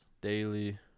Daily